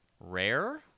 Rare